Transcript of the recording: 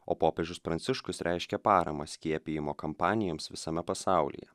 o popiežius pranciškus reiškė paramą skiepijimo kampanijoms visame pasaulyje